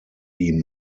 die